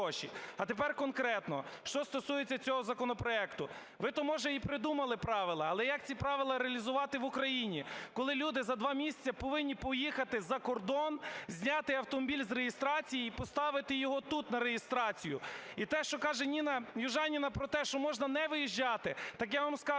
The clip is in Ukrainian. А тепер конкретно. Що стосується цього законопроекту. Ви то, може, й придумали правила, але як ці правила реалізувати в Україні, коли люди за 2 місяці повинні поїхати закордон, зняти автомобіль з реєстрації і поставити його тут на реєстрацію? І те, що каже Ніна Южаніна про те, що можна не виїжджати, так я вам скажу,